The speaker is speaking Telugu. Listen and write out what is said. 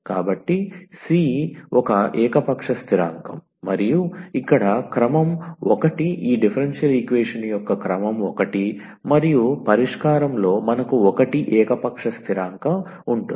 కాబట్టి c ఒక ఏకపక్ష స్థిరాంకం మరియు ఇక్కడ క్రమం 1 ఈ డిఫరెన్షియల్ ఈక్వేషన్ యొక్క క్రమం 1 మరియు పరిష్కారంలో మనకు 1 ఏకపక్ష స్థిరాంకం ఉంటుంది